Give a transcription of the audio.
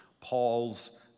Paul's